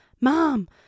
mom